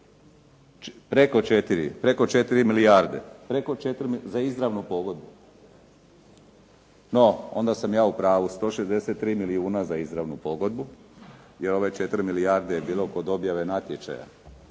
preko 4 milijarde za izravnu pogodbu. No onda sam ja u pravu, 163 milijuna za izravnu pogodbu i ove 4 milijarde je bilo kod objave natječaja,